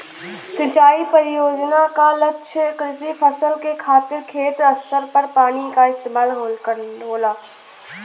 सिंचाई परियोजना क लक्ष्य कृषि फसल के खातिर खेत स्तर पर पानी क इस्तेमाल होला